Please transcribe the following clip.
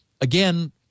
Again